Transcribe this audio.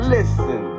Listen